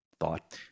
thought